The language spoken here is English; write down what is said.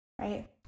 right